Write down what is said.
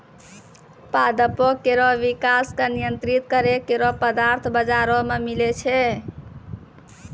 पादपों केरो विकास क नियंत्रित करै केरो पदार्थ बाजारो म मिलै छै